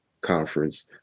conference